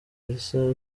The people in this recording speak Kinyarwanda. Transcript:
elsa